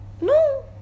No